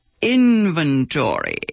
inventory